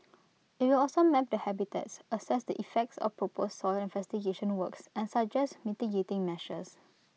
IT will also map the habitats assess the effects of proposed soil investigation works and suggest mitigating measures